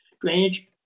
drainage